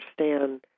understand